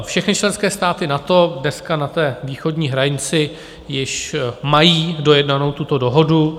Všechny členské státy NATO dneska na té východní hranici již mají dojednanou tuto dohodu.